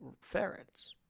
ferrets